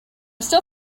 still